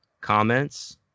comments